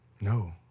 No